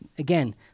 Again